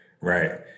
Right